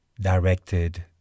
directed